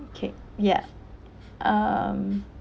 okay ya um